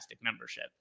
membership